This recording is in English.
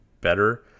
better